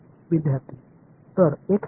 विद्यार्थी तर x N